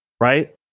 Right